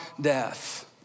death